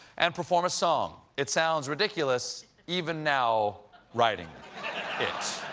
and perform a song. it sounds ridiculous even now writing it.